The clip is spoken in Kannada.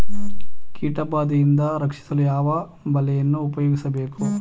ಕೀಟಬಾದೆಯಿಂದ ರಕ್ಷಿಸಲು ಯಾವ ಬಲೆಯನ್ನು ಉಪಯೋಗಿಸಬೇಕು?